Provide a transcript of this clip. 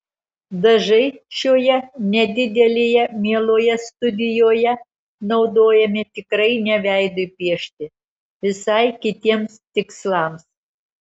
dažai šioje nedidelėje mieloje studijoje naudojami tikrai ne veidui piešti visai kitiems tikslams